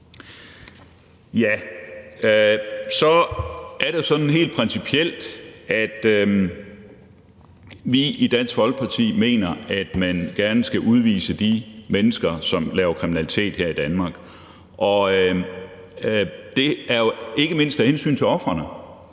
Så er det sådan helt principielt, at vi i Dansk Folkeparti mener, at man gerne skulle udvise de mennesker, som laver kriminalitet her i Danmark. Det er jo ikke mindst af hensyn til ofrene,